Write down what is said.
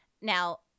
Now